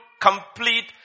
complete